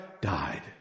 died